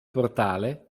portale